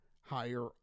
higher